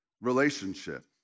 relationship